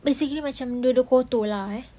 basically macam dua-dua kotor lah eh